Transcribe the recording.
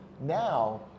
now